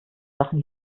sachen